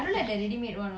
என்னது:ennathu